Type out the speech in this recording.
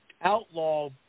outlaw